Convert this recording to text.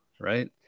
Right